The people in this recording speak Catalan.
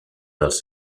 dels